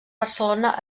barcelona